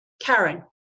Karen